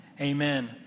amen